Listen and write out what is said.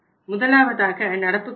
முதலாவதாக நடப்பு கொள்கை